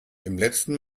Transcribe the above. letzten